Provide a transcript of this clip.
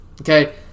okay